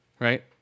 Right